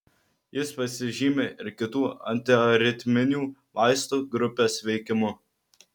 jis pasižymi ir kitų antiaritminių vaistų grupės veikimu